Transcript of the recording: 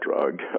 drug